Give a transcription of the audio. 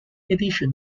edition